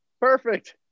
Perfect